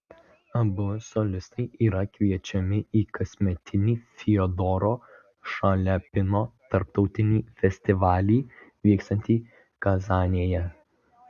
abu solistai yra kviečiami į kasmetinį fiodoro šaliapino tarptautinį festivalį vykstantį kazanėje